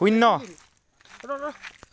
শূন্য